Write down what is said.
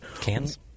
Cans